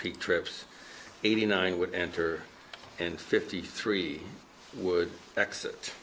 peak trips eighty nine would enter and fifty three would exit